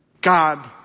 God